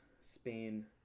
Spain